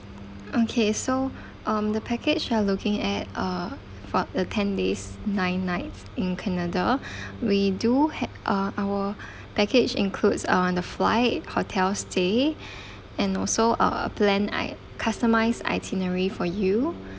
okay so um the package you are looking at uh for a ten days nine nights in canada we do hav~ uh our package includes uh the flight hotel stay and also uh plan like customised itinerary for you